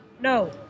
No